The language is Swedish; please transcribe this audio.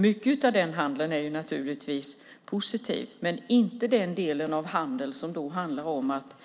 Mycket av den handeln är naturligtvis positiv, men inte den del av handeln som handlar om att